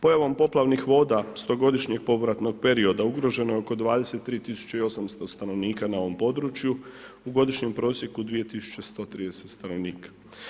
Pojavom poplavnih voda 100-godišnjeg povratnog perioda ugroženo je oko 23.800 stanovnika na ovom području u godišnjem prosjeku 2.130 stanovnika.